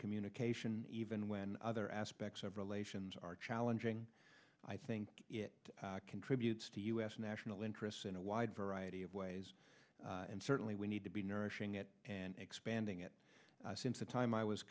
communication even when other aspects of relations are challenging i think it contributes to us national interests in a wide variety of ways and certainly we need to be nourishing it and expanding it since the time i was